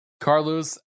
Carlos